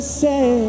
say